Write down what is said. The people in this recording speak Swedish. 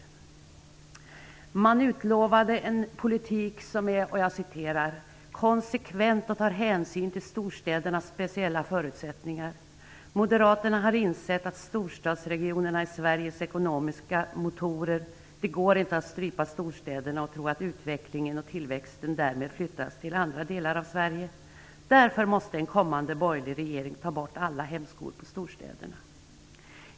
Moderaterna utlovade en politik som är ''konsekvent och tar hänsyn till storstädernas speciella förutsättningar. Moderaterna har insett att storstadsregionerna är Sveriges ekonomiska motorer. Det går inte att strypa storstäderna och tro att utvecklingen och tillväxten därmed flyttas till andra delar av Sverige. -- Därför måste en kommande borgerlig regering ta bort alla hämskor på storstäderna.''